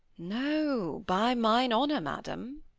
no, by mine honour, madam.